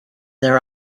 their